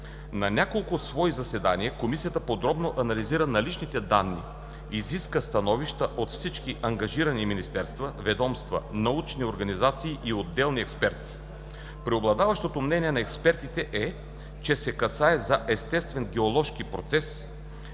На няколко свои заседания Комисията подробно анализира наличните данни, изиска становища от всички ангажирани министерства, ведомства, научни организации и отделни експерти. Преобладаващото мнение на експертите е, че се касае за естествени геоложки процеси,